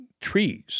trees